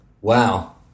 Wow